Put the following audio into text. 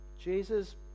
Jesus